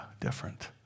different